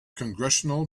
congressional